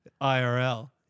IRL